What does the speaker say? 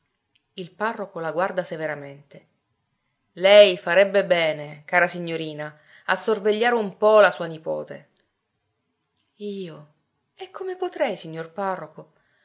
il parroco la guarda severamente lei farebbe bene cara signorina a sorvegliare un po la sua nipote io e come potrei signor parroco